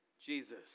Jesus